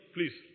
Please